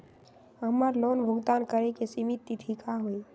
हमर लोन भुगतान करे के सिमित तिथि का हई?